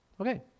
Okay